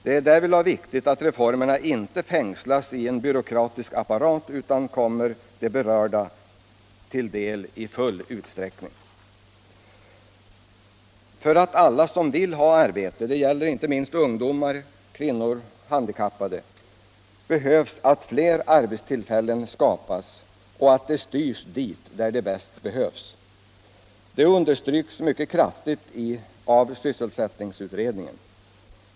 Det är därvidlag viktigt att reformerna inte fängslas i en byråkratisk appalrat utan kommer de berörda till del i full utsträckning. För att alla som vill ha arbete — det gäller inte minst ungdomar, kvinnor och handikappade — skall få detta behövs att fler arbetstillfällen skapas och att de styrs dit där de bäst behövs. Det understryks mycket kraftigt av sysselsättningsutredningen.